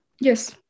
Yes